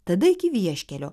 tada iki vieškelio